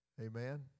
amen